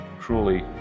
truly